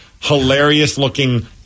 hilarious-looking